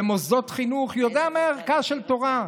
במוסדות חינוך, ויודע מה ערכה של תורה.